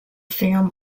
film